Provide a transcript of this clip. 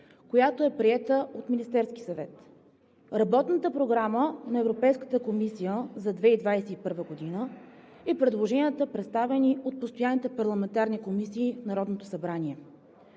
която е приета от Министерския съвет, Работната програма на Европейската комисия за 2021 г. и предложенията, представени от постоянните парламентарни комисии в Народното събрание.